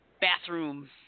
Bathroom